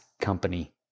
company